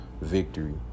victory